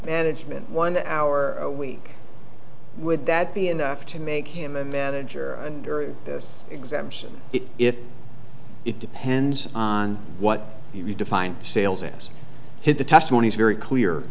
management one hour a week would that be enough to make him a manager under this exemption if it depends on what you define sales as hit the testimony is very clear